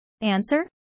Answer